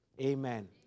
amen